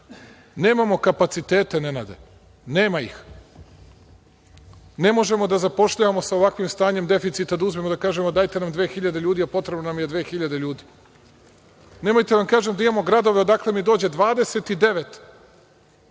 drugom. Nemamo kapacitete, Nenade. Nema ih. Ne možemo da zapošljavamo sa ovakvim stanjem deficita da uzmemo da kažemo – dajte nam 2000 ljudi, a potrebno nam je 2000 ljudi. Nemojte da vam kažem, da imamo gradove odakle mi dođe 29